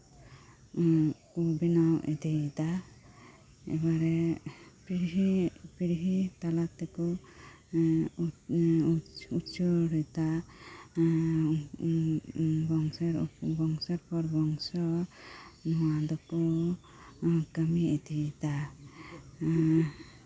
ᱩᱜ ᱵᱮᱱᱟᱣ ᱤᱫᱤᱭᱮᱫᱟ ᱮᱵᱟᱨᱮ ᱯᱤᱲᱦᱤ ᱛᱟᱞᱟᱛᱮᱠᱚ ᱩᱪᱟᱹᱲᱮᱫᱟ ᱵᱚᱝᱥᱚ ᱮᱨ ᱯᱚᱨ ᱵᱚᱝᱥᱚ ᱱᱚᱣᱟ ᱫᱚᱠᱚ ᱩᱪᱟᱹᱲ ᱤᱫᱤᱭᱮᱫᱟ ᱮᱜ